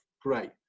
great